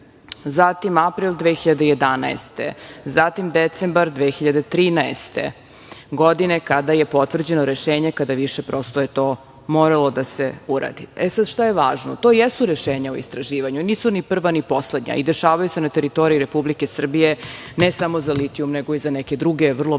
zatim april 2011, zatim decembar 2013. godine kada je potvrđeno rešenje kada više, prosto je to moralo da se uradi. Sad, šta je važno? To jesu rešenja o istraživanju, nisu ni prva ni poslednja i dešavaju se na teritoriji Republike Srbije, ne samo za litijum nego i za neke druge vrlo važne kritične